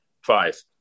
five